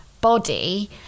body